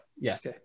Yes